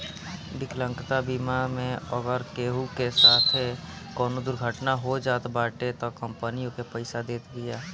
विकलांगता बीमा मे अगर केहू के साथे कवनो दुर्घटना हो जात बाटे तअ कंपनी ओके पईसा देत बिया